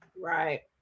Right